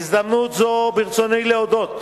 בהזדמנות זו ברצוני להודות